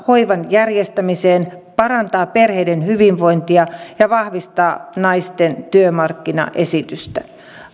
hoivan järjestämiseen parantaa perheiden hyvinvointia ja vahvistaa naisten työmarkkina asemaa